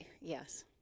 Yes